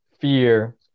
fear